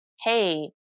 hey